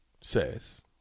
says